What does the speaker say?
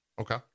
Okay